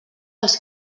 els